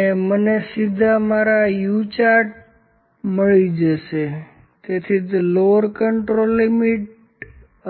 અને મને સીધા મારા U ચાર્ટ્સ મેળી જશે તેથી તે લોવર કન્ટ્રોલ લિમિટ